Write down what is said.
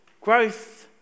growth